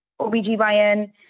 obgyn